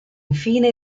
infine